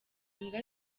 imbwa